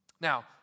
Now